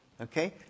Okay